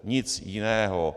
Nic jiného.